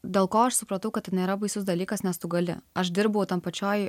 dėl ko aš supratau kad nėra baisus dalykas nes tu gali aš dirbau tam pačioj